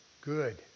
Good